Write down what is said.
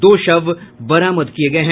दो शव बरामद किये गये हैं